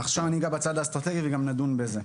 עכשיו ניגע בצד האסטרטגי וגם נדון בזה: